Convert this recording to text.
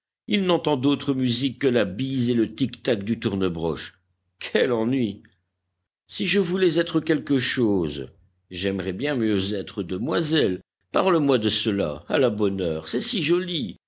il n'entend d'autre musique que la bise et le tic-tac du tournebroche quel ennui si je voulais être quelque chose j'aimerais bien mieux être demoiselle parle-moi de cela à la bonne heure c'est si joli